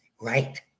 right